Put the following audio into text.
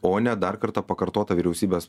o ne dar kartą pakartota vyriausybės